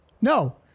no